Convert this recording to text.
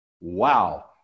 Wow